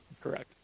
Correct